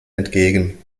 entgegen